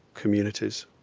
communities.